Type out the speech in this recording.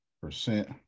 percent